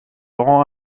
rend